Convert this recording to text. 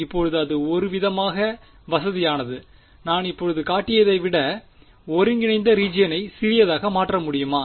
இப்போது இது ஒருவிதமான வசதியானது நான் இப்போது காட்டியதை விட ஒருங்கிணைப்பின் ரீஜியனை சிறியதாக மாற்ற முடியுமா